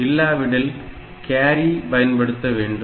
இல்லாவிடில் கியாரி பயன்படுத்த வேண்டும்